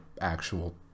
actual